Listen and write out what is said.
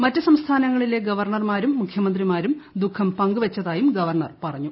മറ്റു് സംസ്ഥാനങ്ങളിലെ ഗവർണർ മാരും മുഖ്യമന്ത്രിമാരും ദൂഃഖം പങ്കുവെച്ചതായും ഗവർണർ പറഞ്ഞു